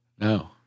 No